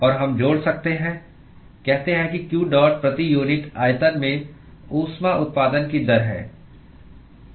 और हम जोड़ सकते हैं कहते हैं कि q डॉट प्रति यूनिट आयतन में ऊष्मा उत्पादन की दर है